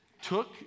took